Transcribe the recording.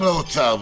לאוצר,